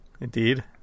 Indeed